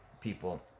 people